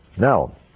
now